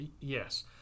Yes